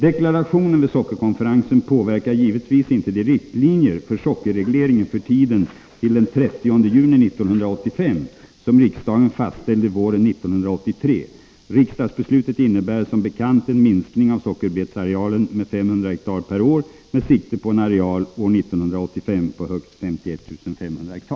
Deklarationen vid sockerkonferensen påverkar givetvis inte de riktlinjer för sockerregleringen för tiden till den 30 juni 1985 som riksdagen fastställde våren 1983. Riksdagsbeslutet innebär som bekant en minskning av sockerbetsarealen med 500 ha/år med sikte på en areal år 1985 på högst 51 500 ha.